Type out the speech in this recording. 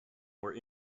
were